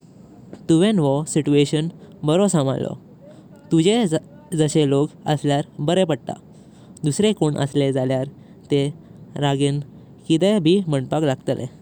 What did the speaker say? तुवें वोह सिचुएशन बारो संभरलो, तुजे जाशे लोग असल्यर बरे पडता। दुर्से कोण असले जाल्यार ते रागिन किदे भी मणपाक लागत।